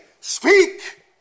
speak